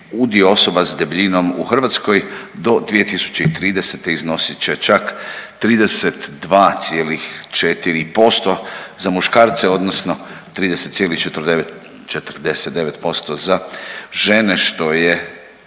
udio osoba s debljinom u Hrvatskoj do 2030. iznosit će čak 32,4% za muškarce odnosno 30,49% za žene što je